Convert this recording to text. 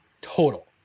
total